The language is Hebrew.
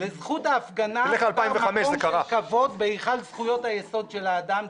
'לזכות ההפגנה --- כבוד בהיכל זכויות היסוד של האדם'.